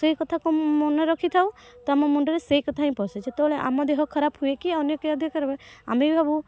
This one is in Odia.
ସେଇ କଥାକୁ ମନେ ରଖିଥାଉ ତ ଆମ ମୁଣ୍ଡରେ ସେଇ କଥା ହିଁ ପଶେ ଯେତେବେଳେ ଆମ ଦେହ ଖରାପ ହୁଏ କି ଅନ୍ୟ କାହା ଦେହ ଖରାପ ହୁଏ ଆମେ ବି ଭାବୁ